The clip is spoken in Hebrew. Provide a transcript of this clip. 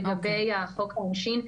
לגבי חוק העונשין,